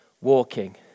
walking